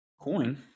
Coin